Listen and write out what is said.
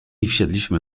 wsiedliśmy